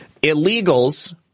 Illegals